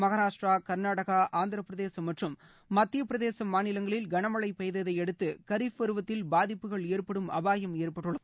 மகாராஷ்ட்ரா கர்நாடகா ஆந்திர பிரதேசம் மற்றும் மத்திய பிரதேசம் மாநிலங்களில் கனமழை பெய்ததையடுத்து கரீப் பருவத்தில் பாதிப்புகள் ஏற்படும் அபாயம் ஏற்பட்டுள்ளது